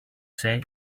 say